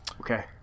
Okay